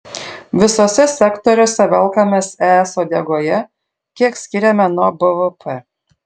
visuose sektoriuose velkamės es uodegoje kiek skiriame nuo bvp